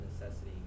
necessity